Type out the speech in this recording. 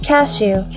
Cashew